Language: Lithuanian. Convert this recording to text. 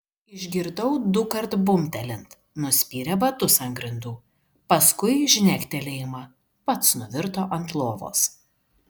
išgirdau dukart bumbtelint nuspyrė batus ant grindų paskui žnektelėjimą pats nuvirto ant lovos